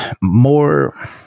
more